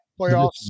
playoffs